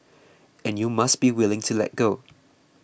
and you must be willing to let go